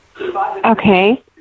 Okay